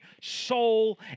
soul